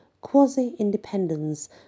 quasi-independence